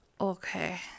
Okay